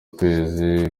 kwezi